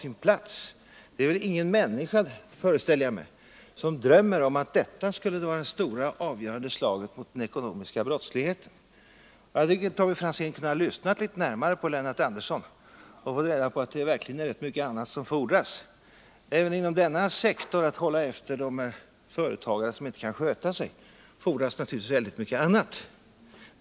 Jag föreställer mig att ingen människa drömmer om att detta skulle vara det stora och avgörande slaget mot den ekonomiska brottsligheten. Jag tycker att Tommy Franzén hade kunnat lyssna litet bättre på Lennart Andersson. Då hade han fått veta att det även inom denna sektor fordras mycket annat för att hålla efter de företagare som inte kan sköta sig.